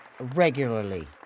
regularly